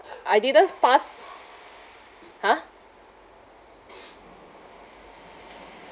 I didn't pass !huh!